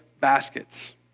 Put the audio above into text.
baskets